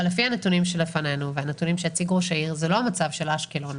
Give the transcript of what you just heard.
אבל לפי הנתונים שלפנינו והנתונים שהציג ראש העיר זה לא המצב של אשקלון,